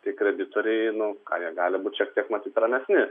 tai kreditoriai nu ką jie gali būt šiek tiek matyt ramesni